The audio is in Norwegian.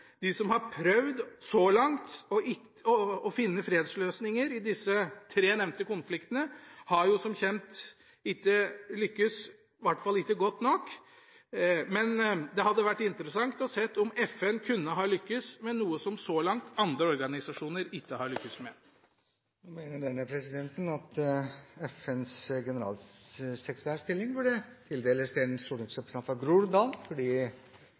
De som så langt har prøvd å finne fredsløsninger i disse tre nevnte konfliktene, har som kjent ikke lyktes – i hvert fall ikke godt nok – men det hadde vært interessant å se om FN kunne lykkes med noe som andre organisasjoner så langt ikke har lyktes med. Denne presidenten mener at stillingen som FNs generalsekretær burde tildeles en stortingsrepresentant fra Groruddalen, fordi